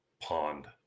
pond